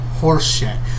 horseshit